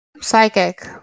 Psychic